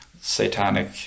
satanic